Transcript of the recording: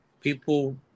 people